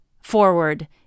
forward